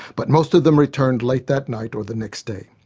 but most of them returned late that night or the next day.